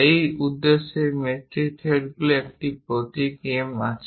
সেই উদ্দেশ্যে মেট্রিক থ্রেডগুলিতে একটি প্রতীক M আছে